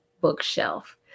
bookshelf